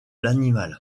l’animal